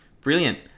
brilliant